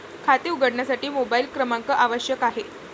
खाते उघडण्यासाठी मोबाइल क्रमांक आवश्यक आहे